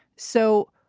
so.